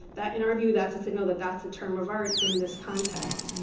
that in our view that's the signal that that's a term of art in this context.